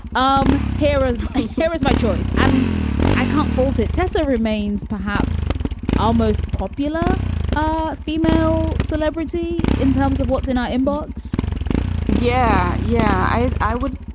um here ah here is my choice and i can't fault it. tesser remains perhaps our most popular ah female celebrity in terms of what's in our inbox yeah, yeah, i i would.